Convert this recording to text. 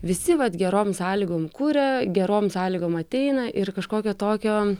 visi vat gerom sąlygom kuria gerom sąlygom ateina ir kažkokio tokio